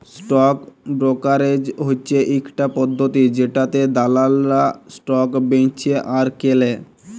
stock brokerage হচ্যে ইকটা পদ্ধতি জেটাতে দালালরা স্টক বেঁচে আর কেলে